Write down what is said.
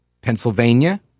Pennsylvania